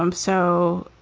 um so,